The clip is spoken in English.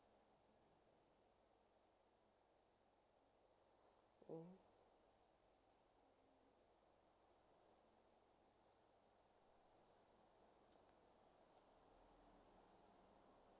mmhmm